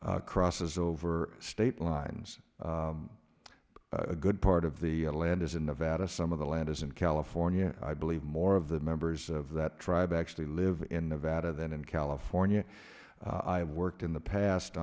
crosses over state lines a good part of the land is in nevada some of the land is in california i believe more of the members of that tribe actually live in the vat of than in california i've worked in the past